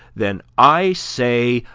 then i say,